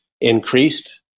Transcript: increased